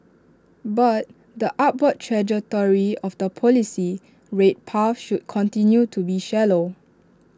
but the upward trajectory of the policy rate path should continue to be shallow